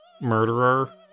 murderer